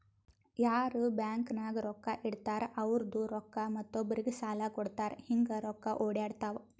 ಯಾರ್ ಬ್ಯಾಂಕ್ ನಾಗ್ ರೊಕ್ಕಾ ಇಡ್ತಾರ ಅವ್ರದು ರೊಕ್ಕಾ ಮತ್ತೊಬ್ಬರಿಗ್ ಸಾಲ ಕೊಡ್ತಾರ್ ಹಿಂಗ್ ರೊಕ್ಕಾ ಒಡ್ಯಾಡ್ತಾವ